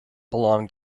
belong